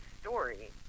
story